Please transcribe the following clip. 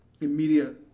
immediate